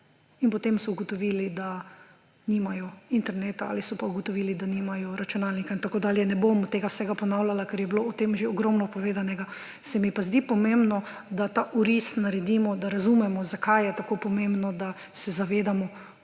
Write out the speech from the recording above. in potem so ugotovili, da nimajo interneta, ali pa so ugotovili, da nimajo računalnika in tako dalje. Ne bom tega vsega ponavljala, ker je bilo o tem že ogromno povedanega. Se mi pa zdi pomembno, da ta oris naredimo, da razumemo, zakaj je tako pomembno, da se zavedamo,